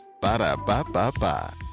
Ba-da-ba-ba-ba